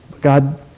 God